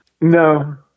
No